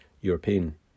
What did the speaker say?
European